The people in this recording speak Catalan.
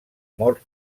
mort